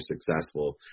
successful